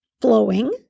flowing